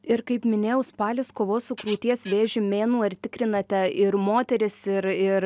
ir kaip minėjau spalis kovos su krūties vėžiu mėnuo ir tikrinate ir moteris ir ir